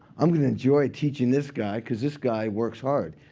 i'm going to enjoy teaching this guy, because this guy works hard.